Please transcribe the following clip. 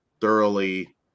thoroughly